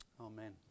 Amen